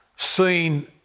Seen